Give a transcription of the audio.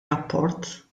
rapport